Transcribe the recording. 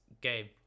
game